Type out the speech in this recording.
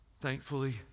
Thankfully